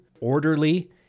orderly